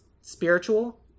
spiritual